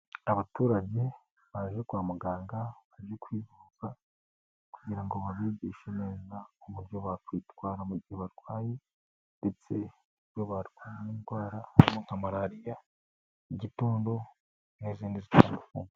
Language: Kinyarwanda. Abaturage baje kwa muganga, baje kwigoka kugira ngo babigishe neza uburyo bakwitwara mu gihe barwaye ndetse barwa n'indwara nka malariya, igitunu n'izindi zitandukanye.